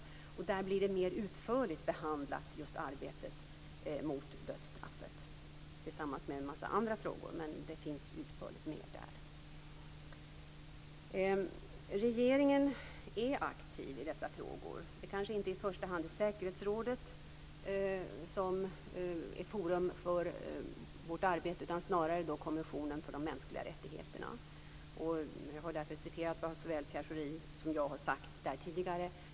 Där blir arbetet mot dödsstraffet mer utförligt behandlat, tillsammans med en massa andra frågor. Regeringen är aktiv i dessa frågor. Det kanske inte i första hand är säkerhetsrådet som är forum för vårt arbete utan snarare Kommissionen för de mänskliga rättigheterna. Jag har därför citerat vad såväl Pierre Schori som jag har sagt där tidigare.